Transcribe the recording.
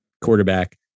quarterback